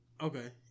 Okay